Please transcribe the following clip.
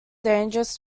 dangers